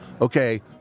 okay